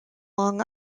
long